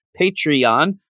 Patreon